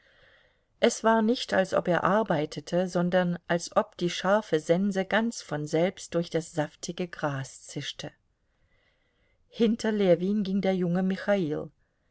es war nicht als ob er arbeitete sondern als ob die scharfe sense ganz von selbst durch das saftige gras zischte hinter ljewin ging der junge michail